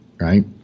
Right